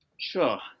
Sure